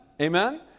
amen